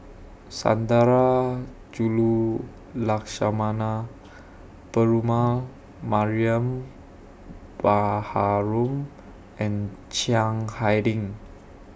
Sundarajulu Lakshmana Perumal Mariam Baharom and Chiang Hai Ding